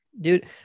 dude